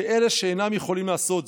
ואלה שאינם יכולים לעשות זאת.